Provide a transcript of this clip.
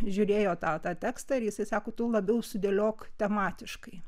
žiūrėjo tą tą tekstą ir jisai sako tu labiau sudėliok tematiškai